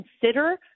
consider